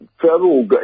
federal